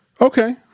Okay